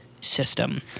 system